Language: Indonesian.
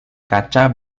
kaca